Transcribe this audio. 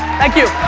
thank you.